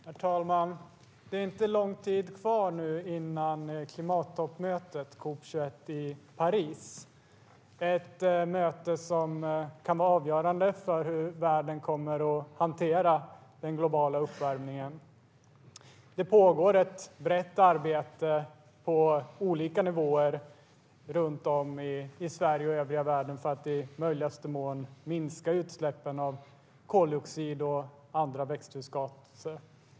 Herr talman! Det är inte lång tid kvar till klimattoppmötet COP 21 i Paris, ett möte som kan vara avgörande för hur världen kommer att hantera den globala uppvärmningen. Det pågår ett brett arbete på olika nivåer runt om i Sverige och övriga världen för att i möjligaste mån minska utsläppen av koldioxid och andra växthusgaser.